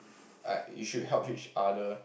like you should help each other